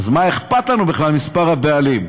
מה אכפת לנו בכלל מספר הבעלים?